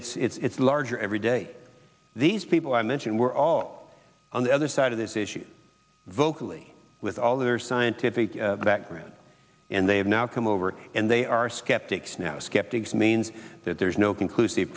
and it's larger every day these people i mentioned were all on the other side of this issue vocally with all their scientific background and they have now come over and they are skeptics now skeptics means that there's no conclusive